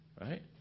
right